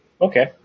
Okay